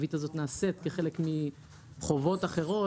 התווית הזאת נעשית כחלק מחובות אחרות,